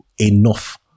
enough